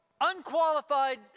unqualified